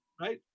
right